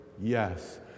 yes